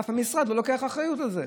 אף משרד לא לוקח אחריות על זה.